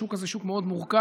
השוק הזה הוא שוק מאוד מורכב,